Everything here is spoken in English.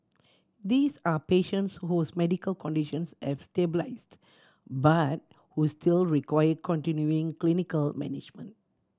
these are patients whose medical conditions have stabilised but who still require continuing clinical management